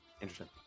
Interesting